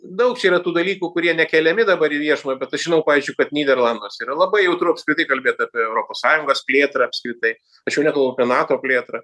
daug čia yra tų dalykų kurie nekeliami dabar į viešumą bet aš žinau pavyzdžiui kad nyderlanduose yra labai jautru apskritai kalbėt apie europos sąjungos plėtrą apskritai aš jau nekalbu apie nato plėtrą